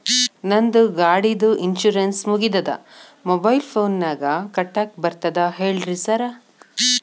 ನಂದ್ ಗಾಡಿದು ಇನ್ಶೂರೆನ್ಸ್ ಮುಗಿದದ ಮೊಬೈಲ್ ಫೋನಿನಾಗ್ ಕಟ್ಟಾಕ್ ಬರ್ತದ ಹೇಳ್ರಿ ಸಾರ್?